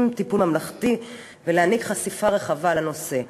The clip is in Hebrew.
טיפול ממלכתי ולהעניק חשיפה רחבה לנושא.